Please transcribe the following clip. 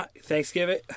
Thanksgiving